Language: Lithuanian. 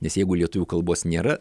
nes jeigu lietuvių kalbos nėra